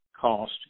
cost